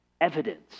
evidence